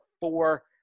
four